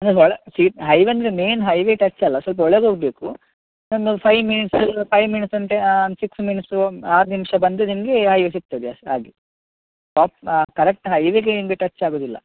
ಅಂದರೆ ಒಳ ಸಿ ಹೈವೆ ಅಂದರೆ ಮೇಯ್ನ್ ಹೈವೆ ಟಚ್ ಅಲ್ಲ ಸ್ವಲ್ಪ ಒಳಗೆ ಹೋಗಬೇಕು ಒಂದು ಫೈವ್ ಮಿನಿಟ್ಸ್ ಫೈವ್ ಮಿನಿಟ್ಸ್ ಅಂತೆ ಸಿಕ್ಸ್ ಮಿನಿಟ್ಸು ಆರು ನಿಮಿಷ ಬಂದರೆ ನಿಮಗೆ ಐ ವೆ ಸಿಗ್ತದೆ ಹಾಗೆ ಟಾಪ್ ಕರೆಕ್ಟ್ ಹೈವೆಗೆ ನಿಮಗೆ ಟಚ್ ಆಗುದಿಲ್ಲ